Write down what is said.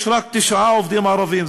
יש רק תשעה עובדים ערבים.